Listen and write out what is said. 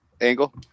Angle